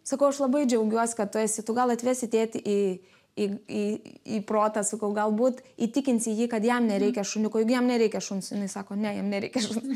sakau aš labai džiaugiuosi kad tu esi tu gal atvesi tėtį į į į į protą sukau galbūt įtikinsi jį kad jam nereikia šuniuko juk jam nereikia šuns jinai sako ne jam nereikia šuns